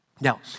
Now